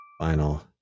Final